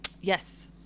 Yes